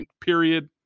period